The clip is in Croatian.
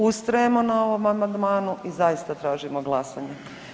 Ustrajemo na ovom amandmanu i zaista tražimo glasanje.